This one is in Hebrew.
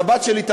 שהבת שלי,